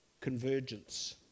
convergence